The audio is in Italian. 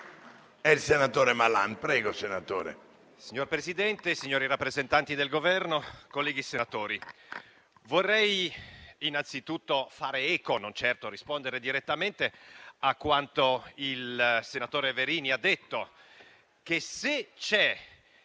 Ne ha facoltà. MALAN *(FdI)*. Signor Presidente, signori rappresentanti del Governo, colleghi senatori, vorrei innanzitutto fare eco - non certo rispondere direttamente - a quanto il senatore Verini ha detto, ovvero